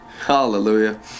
Hallelujah